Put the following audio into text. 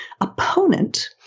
opponent